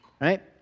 right